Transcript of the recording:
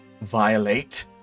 violate